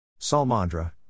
Salmandra